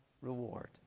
reward